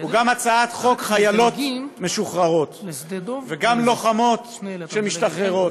היא גם הצעת חוק חיילות משוחררות וגם לוחמות שמשתחררות.